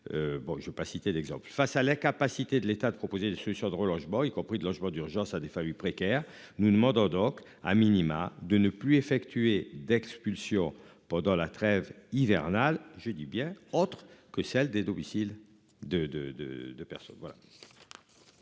Bon je veux pas citer d'exemple face à l'incapacité de l'État de proposer des solutions de relogement, y compris de logements d'urgence à des familles précaires nous demande Docks à minima de ne plus effectuer d'expulsion pendant la trêve hivernale j'ai dit bien autre que celle des domiciles de de de